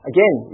Again